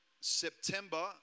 September